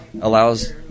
Allows